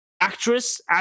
actress